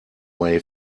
way